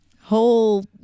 whole